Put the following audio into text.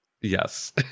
Yes